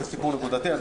זה סיפור נקודתי.